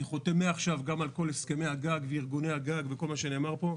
אני חותם מעכשיו גם על כל הסכמי הגג וארגוני הגג וכל מה שנאמר פה.